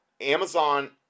Amazon